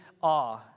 awe